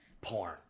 Porn